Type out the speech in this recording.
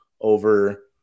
over